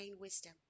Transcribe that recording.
wisdom